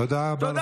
תודה רבה.